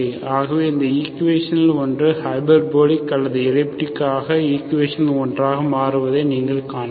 ஆகவே இந்த ஈக்குவேஷன்களில் ஒன்று ஹைபர்போலிக் அல்லது எலிப்டிக் ஆக ஈக்குவேஷன்களில் ஒன்றாக மாறுவதை நீங்கள் காணலாம்